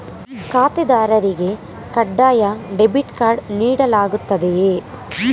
ಖಾತೆದಾರರಿಗೆ ಕಡ್ಡಾಯ debit card ನೀಡಲಾಗುತ್ತದೆಯೇ?